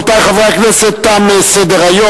רבותי חברי הכנסת, תם סדר-היום.